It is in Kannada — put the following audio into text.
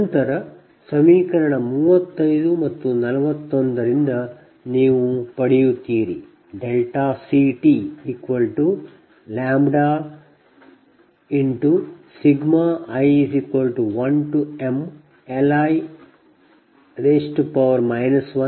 ನಂತರ ಸಮೀಕರಣ 35 ಮತ್ತು 41 ರಿಂದ ನೀವು ಇದನ್ನು ಪಡೆಯುತ್ತೀರಿ CTλi1mLi 1Pgiλ×PL